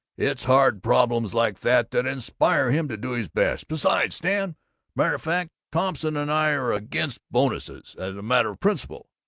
it's hard problems like that that inspire him to do his best. besides, stan matter o' fact, thompson and i are against bonuses, as a matter of principle.